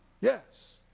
Yes